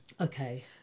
Okay